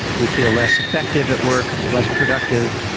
we feel less effective at work, less productive,